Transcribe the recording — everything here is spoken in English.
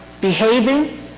behaving